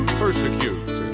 persecute